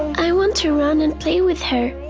i want to run and play with her,